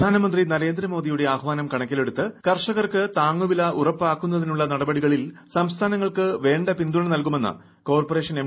പ്രധാനമന്ത്രി നരേന്ദ്ര മോദിയുടെ ആഹ്വാനം കണക്കിലെടുത്ത് കർഷകർക്ക് താങ്ങുവില ഉറപ്പാക്കുന്നതിനുള്ള നടപടികളിൽ സംസ്ഥാനങ്ങൾക്ക് വേണ്ട പിന്തുണനൽകുമെന്ന് കോർപറേഷൻ എം